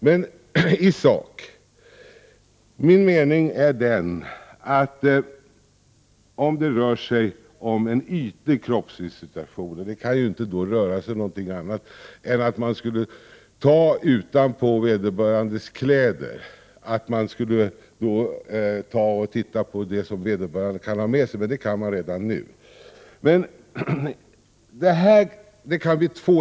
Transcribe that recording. Menii sak är min mening den, att om det rör sig om en ytlig kroppsvisitation — det kan ju då inte vara fråga om någonting annat än att man skall ta utanpå vederbörandes kläder — skulle man se på det som vederbörande har med sig, och det kan man göra redan nu.